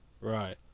Right